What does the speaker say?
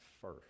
first